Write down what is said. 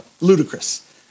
ludicrous